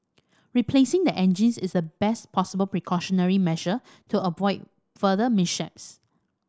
replacing the engines is the best possible precautionary measure to avoid further mishaps